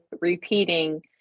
repeating